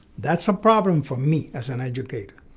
that's a problem for me as an educator.